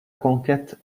conquête